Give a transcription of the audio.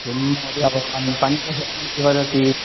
एवं महोदय भवान् इति वदति